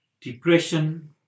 depression